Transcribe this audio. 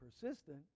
persistent